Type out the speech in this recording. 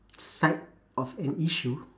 side of an issue